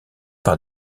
par